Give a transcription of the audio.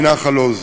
מנחל-עוז.